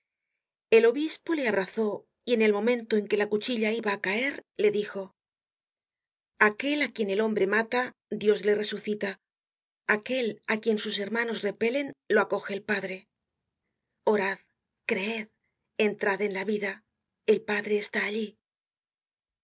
el obispo le abrazó y en el momento en que la cuchilla iba á caer le dijo aquel á quien el hombre mata dios le resucita aquel á quien sus hermanos repelen lo acoge el padre orad creed entrad en la vida el padre está allí